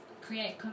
create